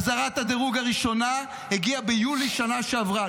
אזהרת הדירוג הראשונה הגיעה ביולי בשנה שעברה.